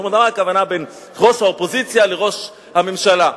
והכוונה היא בין ראש האופוזיציה לראש הממשלה.